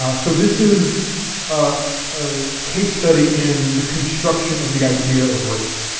ah so this is a case study in the construction of the idea of race,